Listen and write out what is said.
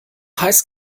heiß